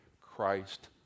Christ